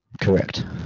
Correct